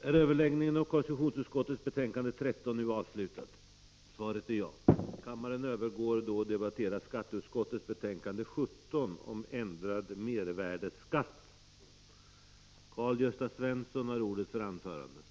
Prot. 1985/86:50 Kammaren övergår nu till att debattera skatteutskottets betänkande 14om 12 december 1985